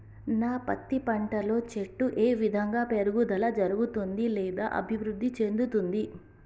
నా పత్తి పంట లో చెట్టు ఏ విధంగా పెరుగుదల జరుగుతుంది లేదా అభివృద్ధి చెందుతుంది?